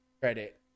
credit